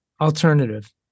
Alternative